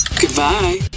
Goodbye